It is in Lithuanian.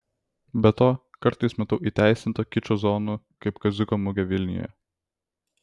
be to kartais matau įteisinto kičo zonų kaip kaziuko mugė vilniuje